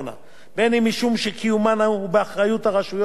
אם משום שקיומן הוא באחריות הרשויות המקומיות